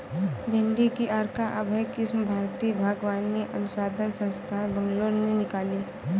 भिंडी की अर्का अभय किस्म भारतीय बागवानी अनुसंधान संस्थान, बैंगलोर ने निकाली